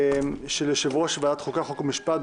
בקשה, של יושב-ראש ועדת החוקה, חוק ומשפט,